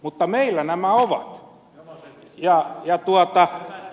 mutta meillä nämä ovat